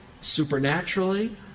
supernaturally